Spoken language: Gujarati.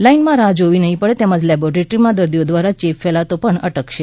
લાઈનમાં રાહ્ જોવી નહીં પડે તેમજ લેબોરેટરીમાં દર્દીઓ દ્વારા ચેપ ફેલાવાતો પણ અટકશે